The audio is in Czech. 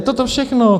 Toto všechno.